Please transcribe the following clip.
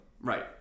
Right